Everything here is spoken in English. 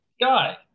Guy